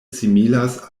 similas